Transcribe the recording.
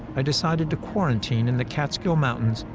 i decided to quarantine in the catskill mountains,